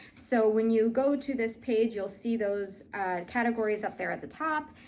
so, when you go to this page you'll see those categories up there at the top,